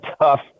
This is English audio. tough